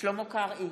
שלמה קרעי,